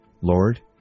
Lord